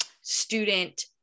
student